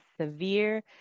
severe